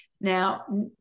Now